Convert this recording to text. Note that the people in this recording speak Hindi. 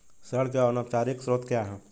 ऋण के अनौपचारिक स्रोत क्या हैं?